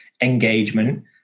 engagement